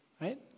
Right